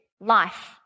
life